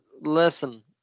Listen